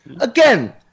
Again